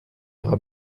ira